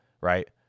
Right